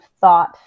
thought